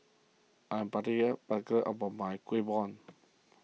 I am particular about my Kueh Bom